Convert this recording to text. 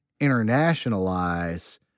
internationalize